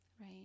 Right